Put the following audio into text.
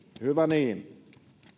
hyvä niin